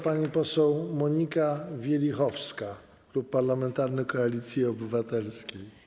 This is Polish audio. Pani poseł Monika Wielichowska, Klub Parlamentarny Koalicja Obywatelska.